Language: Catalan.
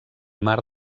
mar